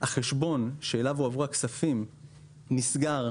החשבון שאליו הועברו הכספים נסגר